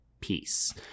peace